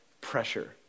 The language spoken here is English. pressure